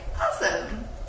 awesome